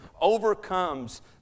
overcomes